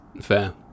Fair